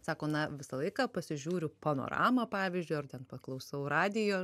sako na visą laiką pasižiūriu panoramą pavyzdžiui ar ten paklausau radijo